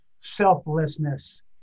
selflessness